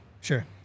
Sure